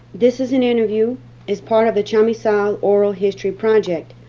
this is an interview as part of the chamizal oral history project.